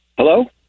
Hello